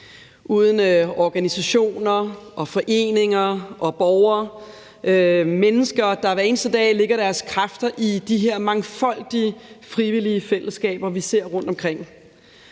uden organisationer og foreninger og borgere, mennesker, der hver eneste dag lægger deres kræfter i de mangfoldige frivillige fællesskaber, vi ser rundtomkring.